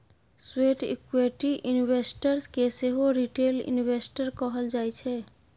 sweat equity investor केँ सेहो retail investor कहल जाइ छै